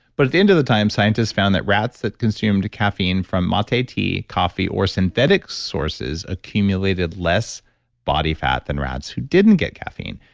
but at the end of the time, scientists found that rats that consumed caffeine from ah mate tea, coffee or synthetic sources accumulated less body fat than rats who didn't get caffeine.